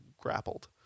grappled